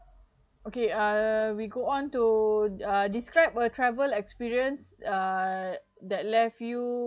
okay err we go on to uh describe a travel experience err that left you